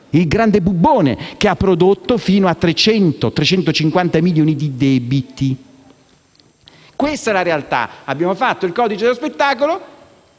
italiana, che ha prodotto fino a 300‑350 milioni di debiti. Questa è la realtà: abbiamo fatto il codice dello spettacolo